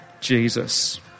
Jesus